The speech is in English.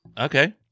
Okay